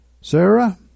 Sarah